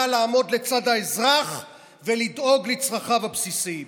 לעמוד לצד האזרח ולדאוג לצרכיו הבסיסיים.